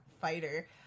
fighter